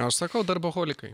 aš sakau darboholikai